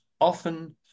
often